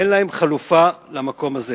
אין להם חלופה למקום הזה.